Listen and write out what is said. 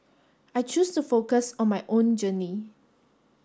I choose to focus on my own journey